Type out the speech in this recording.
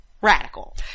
radical